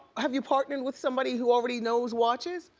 have you partnered with somebody who already knows watches?